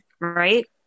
right